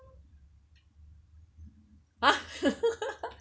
!huh!